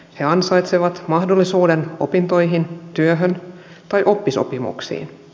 he ansaitsevat mahdollisuuden opintoihin työhön tai oppisopimuksiin